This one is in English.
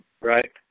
Right